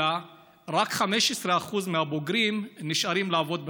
אלא רק 15% מהבוגרים נשארים לעבוד בצפון.